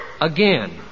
again